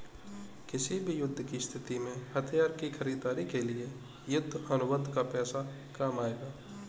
किसी भी युद्ध की स्थिति में हथियार की खरीदारी के लिए युद्ध अनुबंध का पैसा काम आएगा